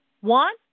One